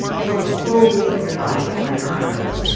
pull the full weight of your body up by your arms.